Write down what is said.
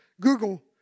Google